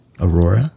Aurora